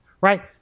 Right